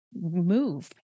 move